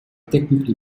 technically